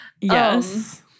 Yes